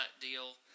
deal